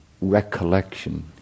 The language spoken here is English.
recollection